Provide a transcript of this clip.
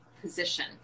position